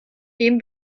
dem